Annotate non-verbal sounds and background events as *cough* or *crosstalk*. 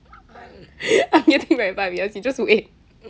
*laughs* five years you just wait